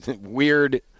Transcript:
Weird